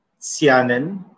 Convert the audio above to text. Sianen